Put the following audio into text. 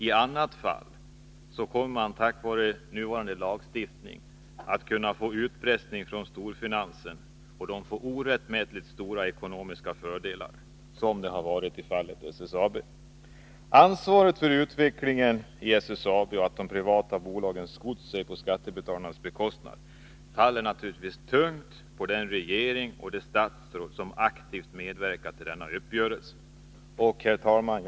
I annat fall kan, på grund av nuvarande lagstiftning, storfinansen bedriva utpressning och få orättmätigt stora ekonomiska fördelar, som i fallet SSAB. Ansvaret för utvecklingen i SSAB och för att de privata bolagen har skott sig på skattebetalarnas bekostnad faller naturligtvis tungt på den regering och det statsråd som aktivt medverkade till denna uppgörelse. Herr talman!